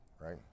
Right